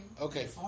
Okay